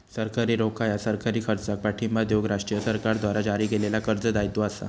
सरकारी रोखा ह्या सरकारी खर्चाक पाठिंबा देऊक राष्ट्रीय सरकारद्वारा जारी केलेल्या कर्ज दायित्व असा